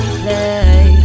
play